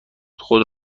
خود